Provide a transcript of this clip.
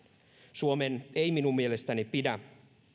suomen ei minun mielestäni pidä